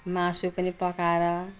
मासु पनि पकाएर